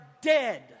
dead